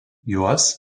juos